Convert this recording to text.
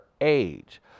age